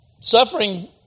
Suffering